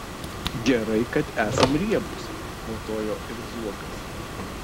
gerai kad esam riebūs kvatojo ir zuokas